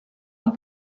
and